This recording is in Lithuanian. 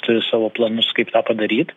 turi savo planus kaip tą padaryt